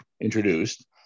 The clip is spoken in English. introduced